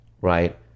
Right